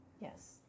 Yes